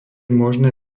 možné